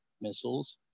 missiles